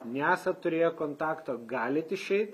nesat turėję kontakto galit išeit